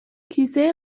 کیسه